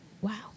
Wow